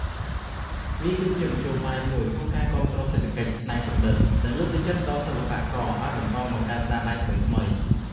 វាគឺជាមធ្យោបាយមួយក្នុងការគាំទ្រសេដ្ឋកិច្ចច្នៃប្រឌិត និងលើកទឹកចិត្តដល់សិល្បករឱ្យបន្តបង្កើតស្នាដៃថ្មីៗ។